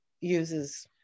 uses